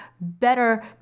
better